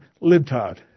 Lib-tard